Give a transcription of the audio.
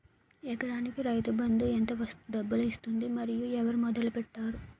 ఎకరానికి రైతు బందు ఎంత డబ్బులు ఇస్తుంది? మరియు ఎవరు మొదల పెట్టారు?